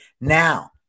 now